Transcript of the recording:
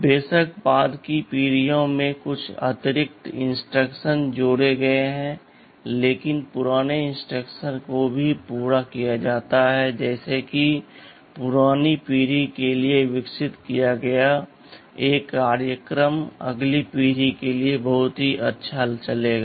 बेशक बाद की पीढ़ियों में कुछ अतिरिक्त इंस्ट्रक्शन जोड़े गए हैं लेकिन पुराने इंस्ट्रक्शंस को भी पूरा किया जाता है जैसे कि एक पुरानी पीढ़ी के लिए विकसित किया गया एक कार्यक्रम अगली पीढ़ी के लिए भी बहुत अच्छा चलेगा